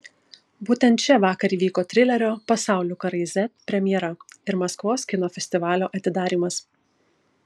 būtent čia vakar įvyko trilerio pasaulių karai z premjera ir maskvos kino festivalio atidarymas